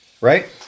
Right